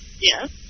Yes